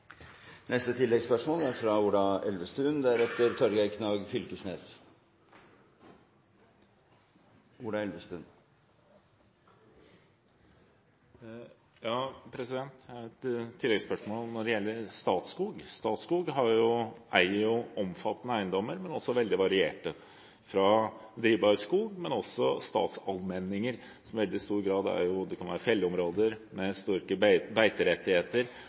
Ola Elvestuen – til oppfølgingsspørsmål. Jeg har et tilleggsspørsmål når det gjelder Statskog. Statskog eier jo omfattende, men også veldig varierte eiendommer fra drivbar skog, men også statsallmenninger, som i stor grad kan være felleområder med sterke beiterettigheter, som er varierte og med